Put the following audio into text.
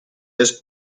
asked